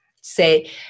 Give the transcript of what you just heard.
say